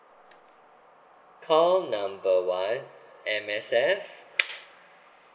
call number one M_S_F